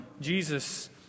Jesus